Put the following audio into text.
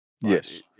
yes